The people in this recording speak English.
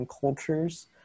cultures